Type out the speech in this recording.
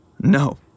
No